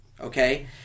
Okay